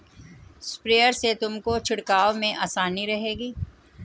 sprayer से तुमको छिड़काव में आसानी रहेगी